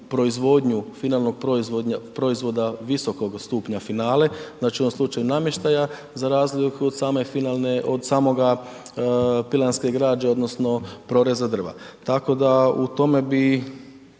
finalnog proizvoda visokog stupnja finale, znači u ovom slučaju namještaja za razliku od same pilanske građe odnosno proreza drva tako da u tome bi